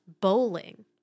bowling